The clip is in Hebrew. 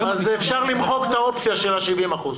שאם עובד זכאי לדמי בידוד מכוח הסכם קיבוצי לעניין ימי בידוד,